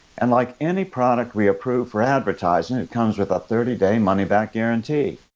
and like any product we approve for advertising, it comes with a thirty day money back guarantee.